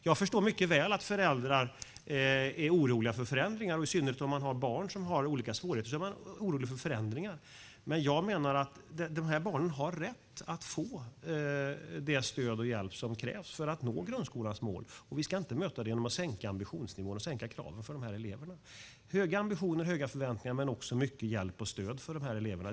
Jag förstår mycket väl att föräldrar är oroliga för förändringar, i synnerhet om man har barn som har olika svårigheter, men jag menar att dessa barn har rätt att få det stöd och den hjälp som krävs för att nå grundskolans mål. Vi ska inte möta detta genom att sänka ambitionsnivån och kraven för dessa elever. Vi ska ha höga ambitioner och höga förväntningar men också ge mycket hjälp och stöd till de eleverna.